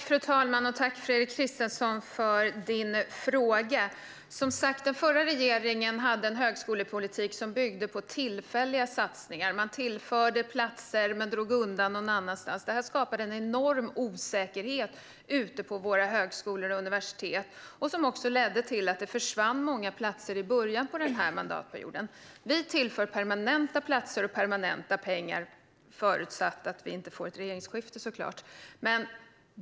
Fru talman! Tack, Fredrik Christensson, för din fråga! Den förra regeringen hade en högskolepolitik som byggde på tillfälliga satsningar. Man tillförde platser men drog undan platser någon annanstans. Detta skapade en enorm osäkerhet ute på våra högskolor och universitet och ledde också till att det försvann många platser i början av den här mandatperioden. Vi tillför permanenta platser och permanenta pengar, förutsatt att det inte blir ett regeringsskifte såklart.